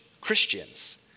Christians